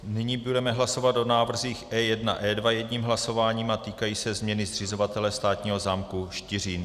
Nyní budeme hlasovat o návrzích E1, E2 jedním hlasováním a týkají se změny zřizovatele státního zámku Štiřín.